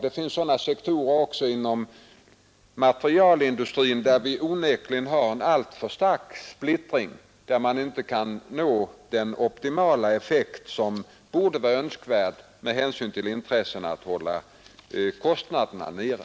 Det finns sådana sektorer också inom materialindustrin där vi onekligen har en alltför stark splittring och där man inte kan nå den optimala effekt som borde vara önskvärd med hänsyn till intressena att hålla kostnaderna nere.